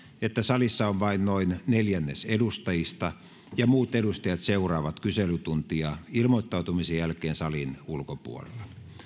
että salissa on vain noin neljännes edustajista ja muut edustajat seuraavat kyselytuntia ilmoittautumisen jälkeen salin ulkopuolella